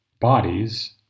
bodies